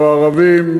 לא ערבים,